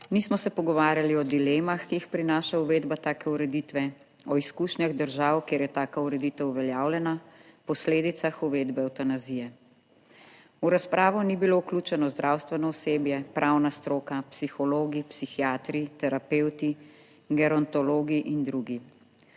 Nismo se pogovarjali o dilemah, ki jih prinaša uvedba take ureditve, o izkušnjah držav, kjer je taka ureditev uveljavljena, posledicah uvedbe evtanazije. V razpravo ni bilo vključeno zdravstveno osebje, pravna stroka, psihologi, psihiatri, terapevti, gerontologi in drugi.